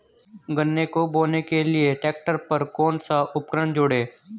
गन्ने को बोने के लिये ट्रैक्टर पर कौन सा उपकरण जोड़ें?